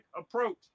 approach